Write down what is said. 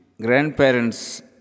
grandparents